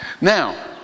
Now